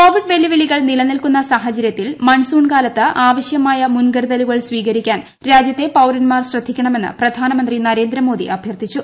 Covid വെല്ലുവിളികൾ നിലനിൽക്കുന്ന സാഹചര്യത്തിൽ മൺസൂൺ കാലത്ത് ആവശ്യമായ മുൻകരുതലുകൾ സ്വീക രിക്കാൻ രാജ്യത്തെ പൌരൻമാർ ശ്രദ്ധിക്കണമെന്ന് പ്രധാന മന്ത്രി നരേന്ദ്രമോദി അഭ്യർത്ഥിച്ചു